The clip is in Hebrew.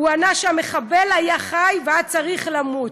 הוא ענה שהמחבל היה חי והיה צריך למות.